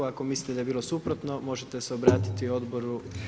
Ako mislite da je bilo suprotno možete se obratiti odboru.